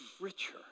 richer